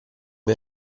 per